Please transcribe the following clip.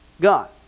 God